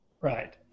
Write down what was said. Right